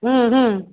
হুম হুম